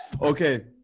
Okay